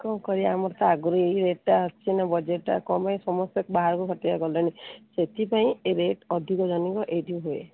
କ'ଣ କରିବା ଆମର ତ ଆଗରୁ ଏଇ ରେଟ୍ଟା ଅଛି ନାଁ ବଜେଟ୍ଟା କ'ଣ ପାଇଁ ସମସ୍ତେ ବାହାରକୁ ଖଟିଆ ଗଲେଣି ସେଥିପାଇଁ ଏଇ ରେଟ୍ ଅଧିକ ଜାଣିବ ଏଇଠି ହୁଏ